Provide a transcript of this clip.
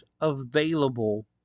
available